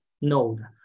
node